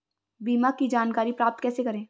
बीमा की जानकारी प्राप्त कैसे करें?